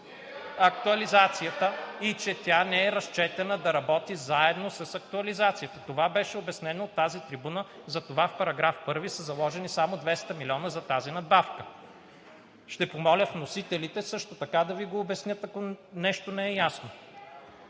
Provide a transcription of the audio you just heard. „Не е вярно!“) и че тя не е разчетена да работи заедно с актуализацията. Това беше обяснено от тази трибуна и затова в § 1 са заложени само 200 милиона за тази надбавка. Ще помоля вносителите също така да Ви го обяснят, ако нещо не е ясно.